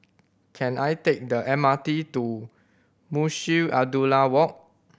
can I take the M R T to Munshi Abdullah Walk